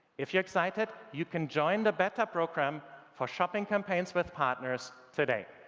if you're excited you can join the beta program for shopping campaigns with partners today.